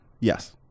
yes